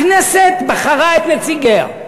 הכנסת בחרה את נציגיה.